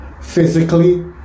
physically